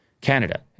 Canada